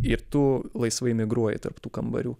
ir tu laisvai migruoji tarp tų kambarių